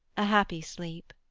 a happy sleep.